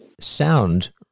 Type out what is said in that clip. sound